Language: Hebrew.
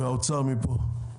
מהאוצר מי פה?